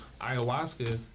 ayahuasca